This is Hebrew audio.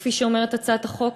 כפי שאומרת הצעת החוק,